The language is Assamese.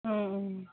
অঁ অঁ